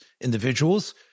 individuals